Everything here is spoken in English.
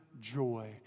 joy